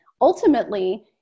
ultimately